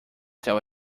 tell